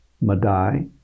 Madai